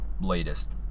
latest